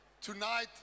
tonight